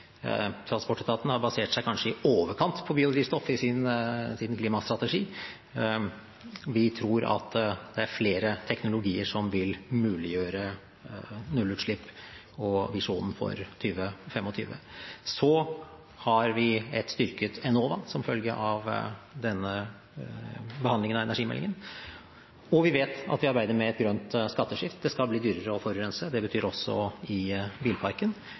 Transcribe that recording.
kanskje i overkant basert seg på biodrivstoff i sin klimastrategi. Vi tror at det er flere teknologier som vil muliggjøre nullutslipp og visjonen for 2025. Så har vi et styrket Enova, som følge av behandlingen av energimeldingen, og vi arbeider med et grønt skatteskifte. Det skal bli dyrere å forurense, også for bilparken.